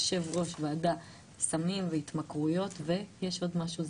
ליושב-ראש ועדה סמים והתמכרויות ויש עוד משהו,